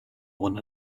one